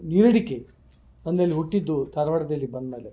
ನೀರಡಿಕೆ ನನ್ನಲ್ಲಿ ಹುಟ್ಟಿದ್ದು ಧಾರವಾಡದಲ್ಲಿ ಬಂದಮೇಲೆ